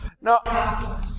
No